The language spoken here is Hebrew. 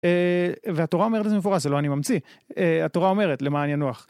והתורה אומרת את זה מפורש, זה לא אני ממציא. התורה אומרת, למען ינוח.